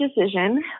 decision